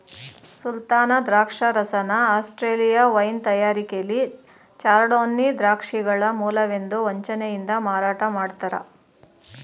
ಸುಲ್ತಾನ ದ್ರಾಕ್ಷರಸನ Australia wine ತಯಾರಿಕೆಲಿ chardonnay ದ್ರಾಕ್ಷಿಗಳ ಮೂಲವೆಂದು ವಂಚನೆಯಿಂದ ಮಾರಾಟ ಮಾಡ್ತರೆ